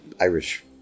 Irish